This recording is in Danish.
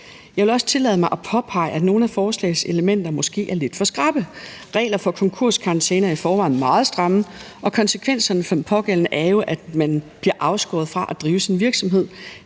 Jeg vil også tillade mig at påpege, at nogle af forslagselementerne måske er lidt for skrappe. Reglerne for konkurskarantæne er i forvejen meget stramme, og konsekvenserne for den pågældende er jo, at man bliver afskåret fra at drive sin virksomhed.